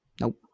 Nope